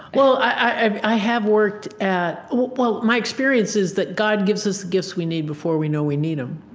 well, i have worked at well, my experience is that god gives us gifts we need before we know we need them